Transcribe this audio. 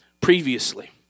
previously